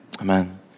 Amen